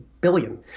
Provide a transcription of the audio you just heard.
billion